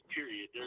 Period